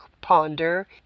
Ponder